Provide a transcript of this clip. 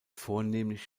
vornehmlich